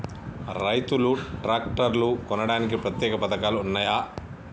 రైతులు ట్రాక్టర్లు కొనడానికి ప్రత్యేక పథకాలు ఉన్నయా?